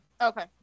Okay